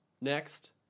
next